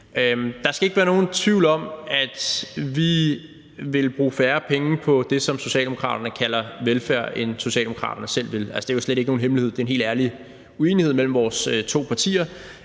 Der skal ikke være nogen tvivl om, at vi vil bruge færre penge på det, som Socialdemokraterne kalder velfærd, end Socialdemokraterne selv vil. Altså, det er jo slet ikke nogen hemmelighed. Det er en helt ærlig uenighed imellem vores to partier: